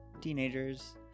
Teenagers